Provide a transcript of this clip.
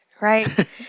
right